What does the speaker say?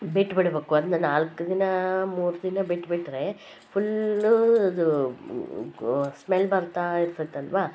ಬಿಟ್ಬಿಡಬೇಕು ಅದನ್ನು ನಾಲ್ಲು ದಿನ ಮೂರು ದಿನ ಬಿಟ್ಟುಬಿಟ್ರೆ ಫುಲ್ಲು ಇದು ಗೊ ಸ್ಮೆಲ್ ಬರ್ತಾ ಇರ್ತದಲ್ವ